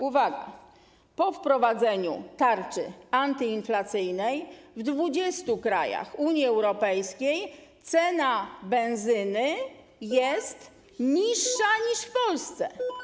Uwaga, po wprowadzeniu tarczy antyinflacyjnej w 20 krajach Unii Europejskiej cena benzyny jest niższa niż w Polsce.